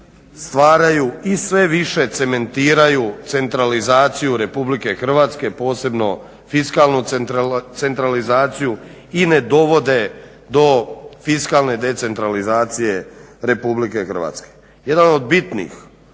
stvaraju i sve više cementiraju centralizaciju RH posebno fiskalnu centralizaciju i ne dovode do fiskalne decentralizacije RH. Jedan od bitnih